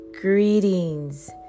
Greetings